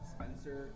Spencer